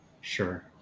sure